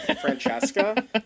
francesca